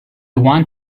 want